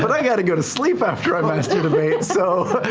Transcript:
but i got to go to sleep after i master debate. so